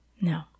No